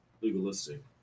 legalistic